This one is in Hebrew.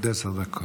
עד עשר דקות.